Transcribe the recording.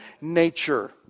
nature